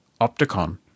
Opticon